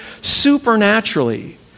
supernaturally